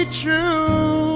true